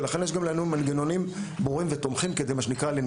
ולכן יש לנו גם מנגנונים ברורים ותומכים כדי לנטר,